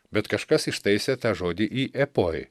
bet kažkas ištaisė tą žodį į epoj